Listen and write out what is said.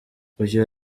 uyu